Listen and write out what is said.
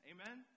Amen